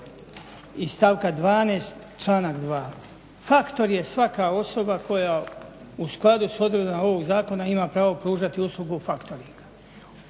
iz stavka 12, članak 2., factor je svaka osoba koja u skladu s odredbama ovog zakona ima pravo pružati uslugu o factoringu.